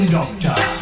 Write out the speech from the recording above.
Doctor